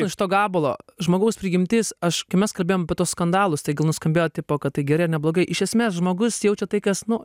iš to gabalo žmogaus prigimtis aš kai mes kalbėjom apie tuos skandalus tai gal nuskambėjo tipo kad tai gerai ar neblogai iš esmės žmogus jaučia tai kas nu